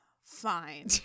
Fine